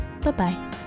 Bye-bye